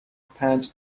پنج